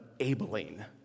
Abilene